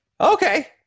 okay